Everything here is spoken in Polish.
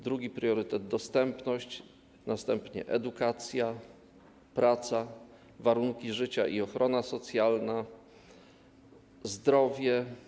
Drugi priorytet to dostępność, następnie edukacja, praca, warunki życia i ochrona socjalna, zdrowie.